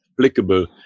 applicable